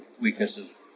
weaknesses